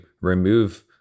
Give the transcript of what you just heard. remove